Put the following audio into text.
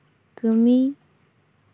ᱠᱟᱹᱢᱤ